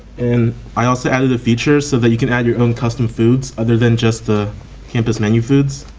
and i also added a feature so that you can add your own custom foods other than just the campus menu foods.